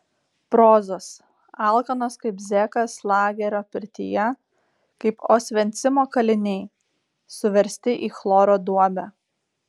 prozos alkanos kaip zekas lagerio pirtyje kaip osvencimo kaliniai suversti į chloro duobę